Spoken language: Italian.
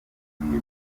dieci